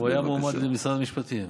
הוא היה מועמד למשרד המשפטים.